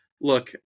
look